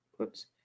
Oops